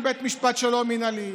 צריך להקים בית משפט שלום מינהלי,